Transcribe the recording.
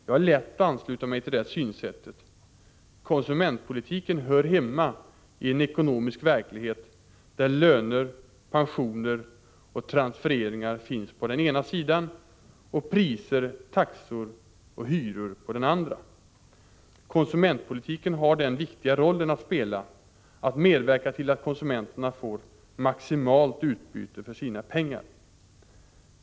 Jag har lätt att ansluta mig till det synsättet, konsumentpolitiken hör hemma i en ekonomisk verklighet där löner, pensioner och transfereringar finns på den ena sidan, och priser, taxor och hyror på den andra. Konsumentpolitiken har den viktiga rollen att spela att medverka till att konsumenterna får maximalt utbyte för sina pengar.